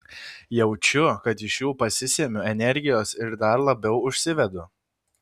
jaučiu kad iš jų pasisemiu energijos ir dar labiau užsivedu